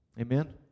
Amen